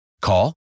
Call